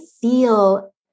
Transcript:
feel